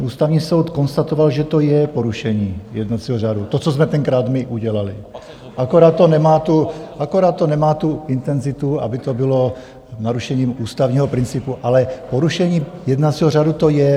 Ústavní soud konstatoval, že to je porušení jednacího řádu, to, co jsme tenkrát my udělali, akorát to nemá tu intenzitu, aby to bylo narušením ústavního principu, ale porušení jednacího řádu to je.